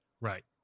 right